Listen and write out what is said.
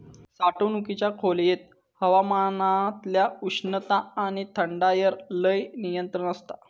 साठवणुकीच्या खोलयेत हवामानातल्या उष्णता आणि थंडायर लय नियंत्रण आसता